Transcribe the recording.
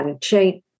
chain